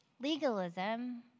Legalism